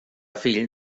fill